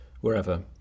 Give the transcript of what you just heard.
wherever